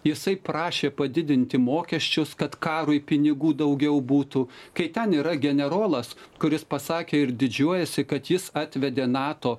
jisai prašė padidinti mokesčius kad karui pinigų daugiau būtų kai ten yra generolas kuris pasakė ir didžiuojasi kad jis atvedė nato